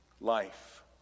Life